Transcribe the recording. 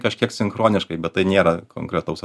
kažkiek sinchroniškai bet tai nėra konkretaus